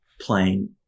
playing